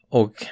och